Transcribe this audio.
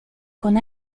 con